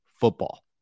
football